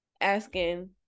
asking